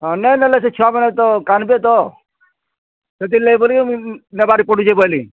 ହଁ ନାଇଁ ନେଲେ ତ ସେ ଛୁଆମାନେ କାନ୍ଦ୍ବେ ତ ସେଥିର୍ ଲାଗି ବଲି ନେବାକେ ପଡ଼ୁଛେ ବଏଲି